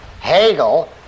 Hegel